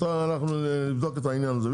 אנחנו נבדוק את העניין הזה.